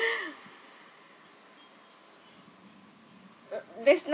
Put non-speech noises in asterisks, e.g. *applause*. *breath* uh there's nothing